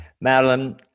Madeline